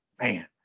man